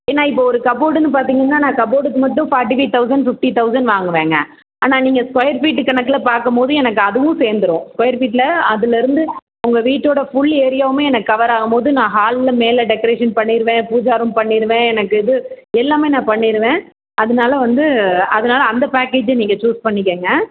ஏன்னா இப்போ ஒரு கப்போர்டுன்னு பார்த்தீங்கன்னா நான் கப்போர்டுக்கு மட்டும் forty five thousand fifty thousand வாங்குவேங்க ஆனால் நீங்கள் ஸ்கொயர் ஃபீட்டு கணக்கில் பாக்கும்போது எனக்கு அதுவும் சேர்ந்துரும் ஸ்கொயர் ஃபீட்டில் அதுலருந்து உங்கள் வீட்டோட ஃபுல் ஏரியாவுமே எனக்கு கவர் ஆகும்போது நான் ஹாலில் மேலே டெக்கரேஷன் பண்ணிருவேன் பூஜா ரூம் பண்ணிருவேன் எனக்கு இது எல்லாமே நான் பண்ணிருவேன் அதனால வந்து அதனால அந்த பேக்கேஜு நீங்கள் சூஸ் பண்ணிக்கங்க